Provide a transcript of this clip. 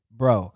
bro